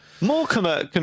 More